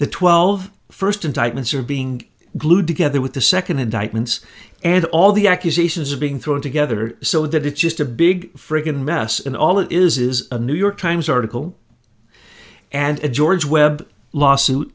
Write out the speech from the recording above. the twelve first indictments are being glued together with the second indictments and all the accusations are being thrown together so that it's just a big friggin mess and all it is is a new york times article and george webb lawsuit